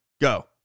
Go